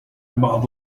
بعض